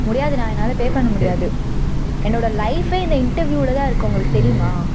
முடியாதுண்ணா என்னால் பே பண்ண முடியாது என்னோடய ஃலைப்பே இந்த இன்டெர்வியூவில்தான் இருக்குது உங்களுக்கு தெரியுமா